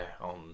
on